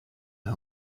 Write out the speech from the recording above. who